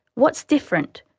what's different?